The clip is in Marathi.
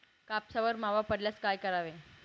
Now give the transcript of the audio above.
कापसावर मावा पडल्यास काय करावे?